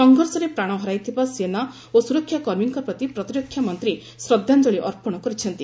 ସଂଘର୍ଷରେ ପ୍ରାଣ ହରାଇଥିବା ସେନା ଓ ସୁରକ୍ଷା କର୍ମୀଙ୍କ ପ୍ରତି ପ୍ରତିରକ୍ଷା ମନ୍ତ୍ରୀ ଶ୍ରଦ୍ଧାଞ୍ଜଳି ଅର୍ପଣ କରିଛନ୍ତି